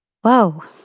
Whoa